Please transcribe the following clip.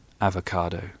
avocado